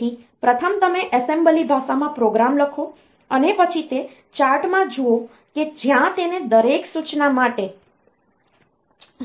તેથી પ્રથમ તમે એસેમ્બલી ભાષામાં પ્રોગ્રામ લખો અને પછી તે ચાર્ટ માં જુઓ કે જ્યાં તેને દરેક સૂચના માટે